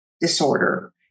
disorder